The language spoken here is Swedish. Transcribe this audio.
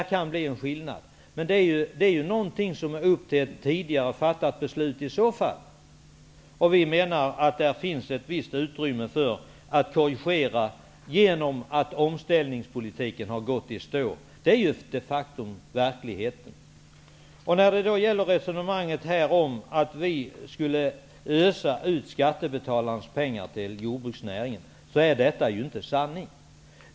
Där kan det bli en skillnad. Det är i så fall någonting som beror på tidigare fattade beslut. Vi menar att det där finns ett visst utrymme för korrigering, genom att omställningspolitiken har gått i stå. Det är de facto verkligheten. Det förs ett resonemang om att vi skulle ösa ut skattebetalarnas pengar till jordbruksnäringen, men det är inte sanning.